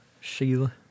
Sheila